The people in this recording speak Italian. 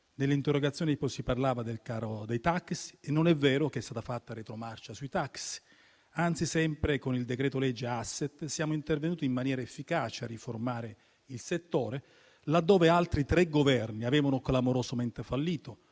Nell'interrogazione poi si parlava del caro taxi e non è vero che è stata fatta retromarcia in materia. Anzi, sempre con il decreto-legge *asset*, siamo intervenuti in maniera efficace a riformare il settore, laddove altri tre Governi avevano clamorosamente fallito: